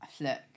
look